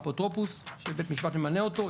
אפוטרופוס שבית המשפט ממנה אותו,